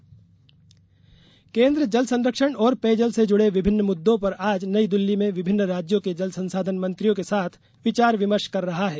जल बैठक केन्द्र जल संरक्षण और पेयजल से जुड़े विभिन्न मुद्दों पर आज नई दिल्ली में विभिन्न राज्यों के जल संसाधन मंत्रियों के साथ विचार विमर्श कर रहा है